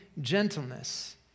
gentleness